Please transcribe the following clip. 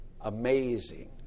amazing